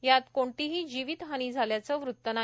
यात कोणतीही जीवित हानी झाल्याचं वृत्त नाही